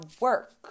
work